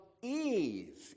Eve